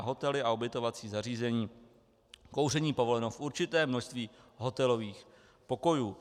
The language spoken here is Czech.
Hotely a ubytovací zařízení: kouření povoleno v určitém množství hotelových pokojů.